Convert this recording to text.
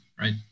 right